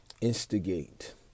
instigate